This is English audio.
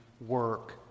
work